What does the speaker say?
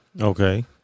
Okay